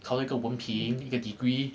考到一个文凭一个 degree